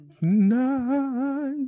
Night